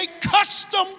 custom